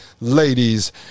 ladies